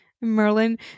Merlin